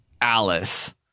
Alice